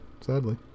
sadly